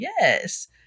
yes